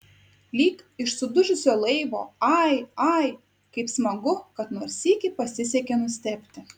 lyg iš sudužusio laivo ai ai kaip smagu kad nors sykį pasisekė nustebti